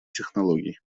технологий